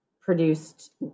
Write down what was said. produced